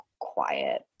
quiet